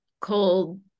cold